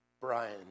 Brian